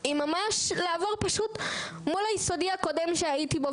זה ממש לעבור פשוט מול היסודי הקודם שהייתי בו,